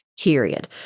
period